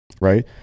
right